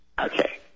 Okay